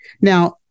Now